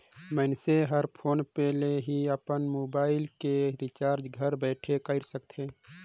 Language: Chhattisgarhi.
मइनसे हर फोन पे ले ही अपन मुबाइल के रिचार्ज घर बइठे कएर सकथे